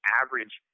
average